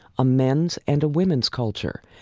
a men's and a women's culture,